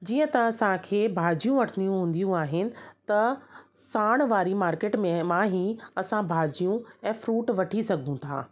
जीअं त असां खे भाॼियूं वठणियूं हूंदियूं आहिनि त साण वारी मार्केट में मां ई असां भाॼियूं ऐं फ्रूट वठी सघूं था